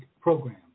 program